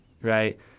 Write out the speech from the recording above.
right